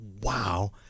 wow